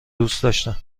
داشتم